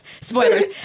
Spoilers